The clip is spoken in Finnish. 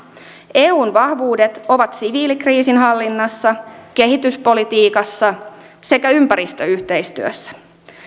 eun vahvuudet ovat siviilikriisinhallinnassa kehityspolitiikassa sekä ympäristöyhteistyössä